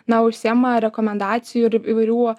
na užsiima rekomendacijų ir įvairių